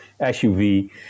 SUV